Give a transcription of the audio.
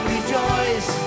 Rejoice